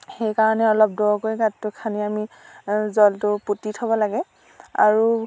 সেইকাৰণে অলপ দ'কৈ গাঁতটো খান্দি আমি জলটো পুঁতি থ'ব লাগে আৰু